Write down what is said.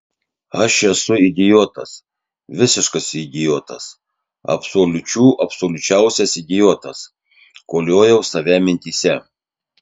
aš esu idiotas visiškas idiotas absoliučių absoliučiausias idiotas koliojau save mintyse